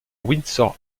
windsor